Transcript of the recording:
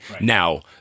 Now